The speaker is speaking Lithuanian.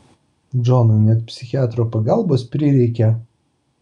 džonui net psichiatro pagalbos prireikė